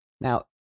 Now